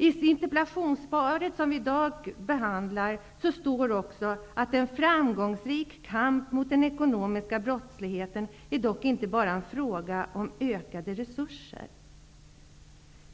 I interpellationssvaret som vi i dag behandlar står det: ''En framgångsrik kamp mot den ekonomiska brottsligheten är dock inte bara fråga om ökade resurser.''